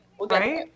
Right